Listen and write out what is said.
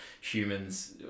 humans